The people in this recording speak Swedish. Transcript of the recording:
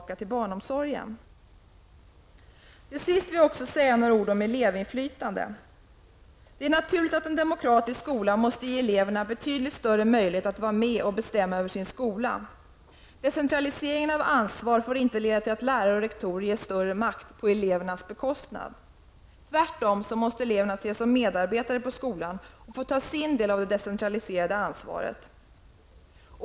Jag vill till sist säga några ord också om elevinflytande. Det är naturligt att en demokratisk skola måste ge eleverna betydligt större möjlighet att vara med och bestämma över sin skola. Decentraliseringen av ansvar får inte leda till att lärare och rektorer ges större makt på elevernas bekostnad. Eleverna måste tvärtom ses som medarbetare på skolan och få ta sin del av det decentraliserade ansvaret.